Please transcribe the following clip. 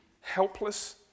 helpless